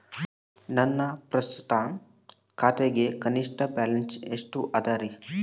ನನ್ನ ಪ್ರಸ್ತುತ ಖಾತೆಗೆ ಕನಿಷ್ಠ ಬ್ಯಾಲೆನ್ಸ್ ಎಷ್ಟು ಅದರಿ?